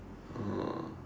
oh